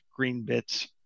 GreenBits